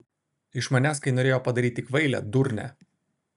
iš manęs kai norėjo padaryti kvailę durnę